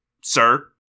sir